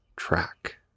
Track